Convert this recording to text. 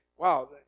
wow